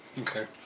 Okay